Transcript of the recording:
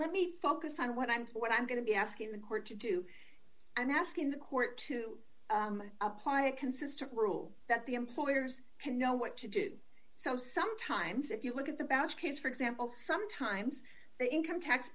let me focus on what i'm what i'm going to be asking the court to do i'm asking the court to apply a consistent rule that the employers can know what to do so sometimes if you look at the bausch case for example sometimes the income tax